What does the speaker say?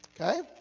okay